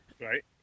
Right